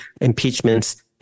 impeachments